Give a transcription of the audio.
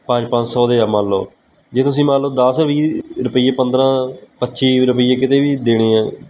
ਪੰਜ ਪੰਜ ਸੌ ਦੇ ਆ ਮੰਨ ਲਓ ਜੇ ਤੁਸੀ ਮੰਨ ਲਓ ਦਸ ਵੀਹ ਰੁਪਏ ਪੰਦਰਾਂ ਪੱਚੀ ਰੁਪਈਏ ਕਿਤੇ ਵੀ ਦੇਣੇ ਆ